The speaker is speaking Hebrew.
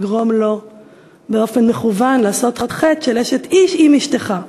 לגרום לו באופן מכוון לעשות חטא של אשת איש עם אשתך.